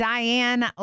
Diane